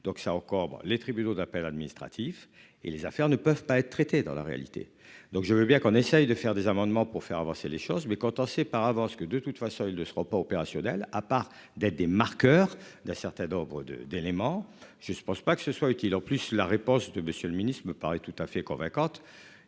donc ça encore les tribunaux d'appel administratifs et les affaires ne peuvent pas être traitées dans la réalité. Donc je veux bien qu'on essaye de faire des amendements pour faire avancer les choses mais quand on sait par avance que de toute façon, il ne sera pas opérationnel à part d'être des marqueurs d'un certain Daubres de d'éléments. Je ne pense pas que ce soit utile en plus. La réponse de Monsieur le Ministre. Il me paraît tout à fait convaincante.